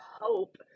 hope